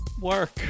work